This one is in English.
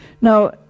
Now